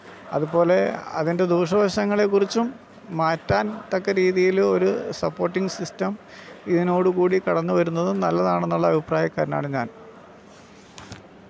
അതുപോലെ അതിൻ്റെ ദൂഷ്യവശങ്ങളെ കുറിച്ചും മാറ്റാൻ തക്ക രീതിയിൽ ഒരു സപ്പോർട്ടിംഗ് സിസ്റ്റം ഇതിനോട് കൂടി കടന്നുവരുന്നത് നല്ലതാണെന്നുള്ള അഭിപ്രായക്കാരനാണ് ഞാൻ